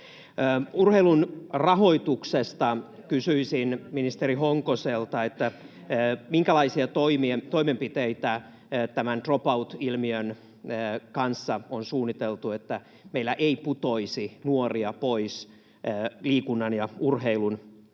Urheilun rahoituksesta kysyisin ministeri Honkoselta: minkälaisia toimenpiteitä tämän drop out ‑ilmiön kanssa on suunniteltu, että meillä ei putoaisi nuoria pois liikunnan ja urheilun